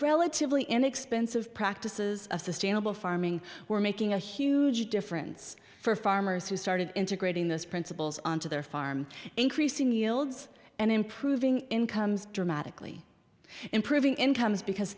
relatively inexpensive practices of sustainable farming were making a huge difference for farmers who started integrating this principals on to their farm increasing the ilands and improving incomes dramatically improving incomes because